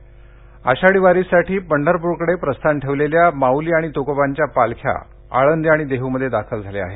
परतवारी आषाढी वारीसाठी पंढरपूरकडे प्रस्थान ठेवलेल्या माउली आणि त्कोबांच्या पालख्या आळंदी आणि देहमध्ये दाखल झाल्या आहेत